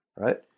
right